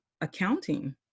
accounting